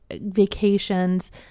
vacations